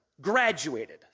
graduated